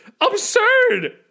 absurd